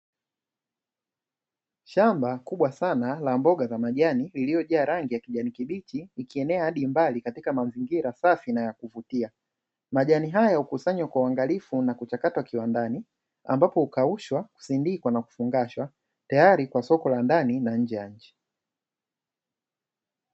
Shamba kubwa sana la mboga za majani lililojaa rangi ya kijani kibichi ikienea hadi mbali katika mazingira safi na ya kuvutia. Majani hayo hukusanywa kwa uangalifu na kuchakatwa kiwandani ambapo hukaushwa, husindikwa nakufungashwa tayari kwa soko la ndani na nje ya nchi.